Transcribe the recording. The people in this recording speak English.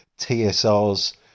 TSR's